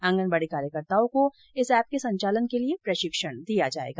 आंगनबाड़ी कार्यकर्ताओं को इस ऐप के संचालन के लिए प्रशिक्षण दिया जाएगा